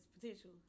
potential